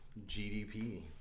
GDP